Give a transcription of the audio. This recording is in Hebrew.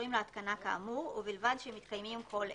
הקשורים להתקנה כאמור ובלבד שמתקיימים כל אלה: